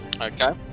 Okay